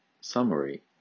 Summary